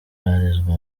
ubarizwa